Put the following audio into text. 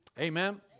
Amen